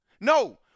No